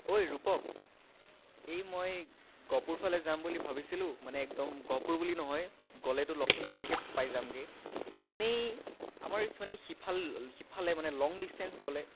ঐ ৰূপক এই মই গহপুৰ ফালে যাম বুলি ভাবিছিলোঁ মানে একদম গহপুৰ বুলি নহয় গ'লেতো একদম লখিমপুৰলৈকে পাই যামগৈ এনেই আমাৰ মানে সিফাল সিফালে মানে লং ডিছ্টেঞ্চ গ'লে